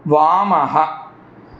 वामः